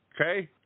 okay